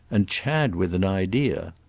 and chad with an idea!